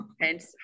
hence